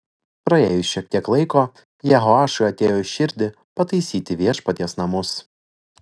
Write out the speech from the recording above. praėjus šiek tiek laiko jehoašui atėjo į širdį pataisyti viešpaties namus